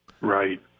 Right